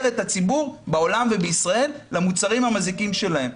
את הציבור בעולם ובישראל למוצרים המזיקים שלהן.